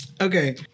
Okay